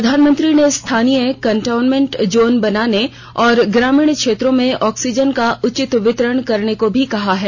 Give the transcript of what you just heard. प्रधानमंत्री ने स्थानीय कंटेनमेंट जोन बनाने और ग्रामीण क्षेत्रों में ऑक्सीजन का उचित वितरण करने को भी कहा है